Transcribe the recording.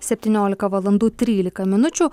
septyniolika valandų trylika minučių